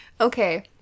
Okay